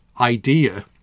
idea